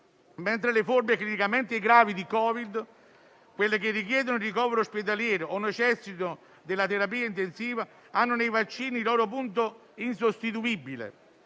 mentre le forme clinicamente gravi di Covid, quelle che richiedono ricovero ospedaliero o necessitano della terapia intensiva, hanno nei vaccini il loro punto insostituibile.